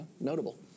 notable